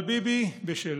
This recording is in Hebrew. אבל ביבי בשלו,